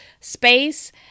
space